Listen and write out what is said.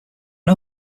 are